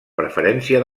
preferència